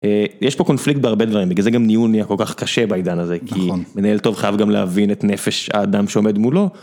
יש פה קונפליקט בהרבה דברים בגלל זה גם ניהול כל כך קשה בעידן הזה כי מנהל טוב חייב גם להבין את נפש האדם שעומד מולו.